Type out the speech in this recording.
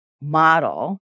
model